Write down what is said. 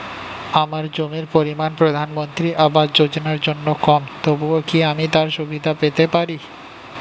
আমার জমির পরিমাণ প্রধানমন্ত্রী আবাস যোজনার জন্য কম তবুও কি আমি তার সুবিধা পেতে পারি?